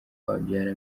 wabyara